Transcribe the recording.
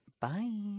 Bye